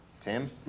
Tim